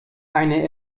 eine